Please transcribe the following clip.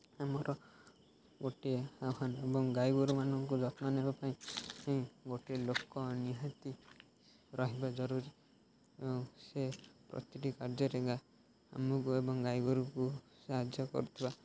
ଆମର ଗୋଟିଏ ଆହ୍ୱାନ ଏବଂ ଗାଈ ଗୋରୁମାନଙ୍କୁ ଯତ୍ନ ନେବା ପାଇଁ ଗୋଟିଏ ଲୋକ ନିହାତି ରହିବା ଜରୁରୀ ଏବଂ ସେ ପ୍ରତିଟି କାର୍ଯ୍ୟରେ ଆମକୁ ଏବଂ ଗାଈ ଗୋରୁକୁ ସାହାଯ୍ୟ କରୁଥିବା